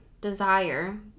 desire